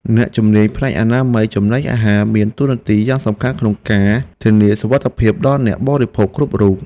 អ្នកជំនាញផ្នែកអនាម័យចំណីអាហារមានតួនាទីយ៉ាងសំខាន់ក្នុងការធានាសុវត្ថិភាពដល់អ្នកបរិភោគគ្រប់រូប។